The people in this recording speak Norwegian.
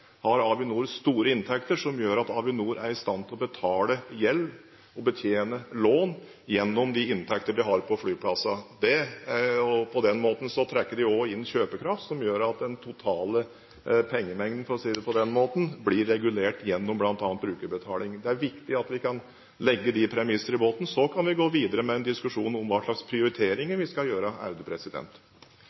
har Avinor store inntekter som gjør at de er i stand til å betale gjeld og betjene lån gjennom de inntekter de har på flyplassene. På den måten trekker de også inn kjøpekraft, som gjør at den totale pengemengden, for å si det på den måten, blir regulert gjennom bl.a. brukerbetaling. Det er viktig at vi kan legge de premisser i bunnen. Så kan vi gå videre med en diskusjon om hva slags prioriteringer vi skal gjøre.